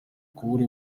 kubura